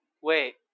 Wait